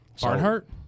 Barnhart